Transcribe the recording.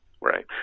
Right